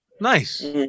Nice